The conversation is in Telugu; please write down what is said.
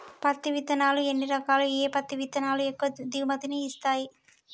పత్తి విత్తనాలు ఎన్ని రకాలు, ఏ పత్తి విత్తనాలు ఎక్కువ దిగుమతి ని ఇస్తాయి?